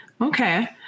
Okay